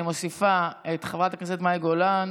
אני מוסיפה את חברת הכנסת מאי גולן,